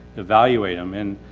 evaluate him. and,